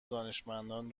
دانشمندان